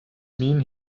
mean